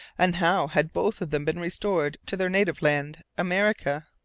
and how had both of them been restored to their native land, america?